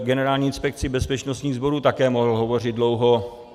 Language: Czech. Generální inspekci bezpečnostních sborů také mohl hovořit dlouho.